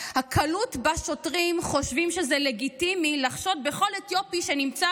הקלות בה שוטרים חושבים שזה לגיטימי לחשוד בכל אתיופי שנמצא